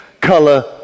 color